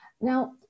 now